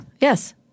Yes